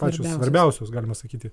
pačios svarbiausios galima sakyti